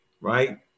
right